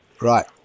Right